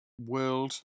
world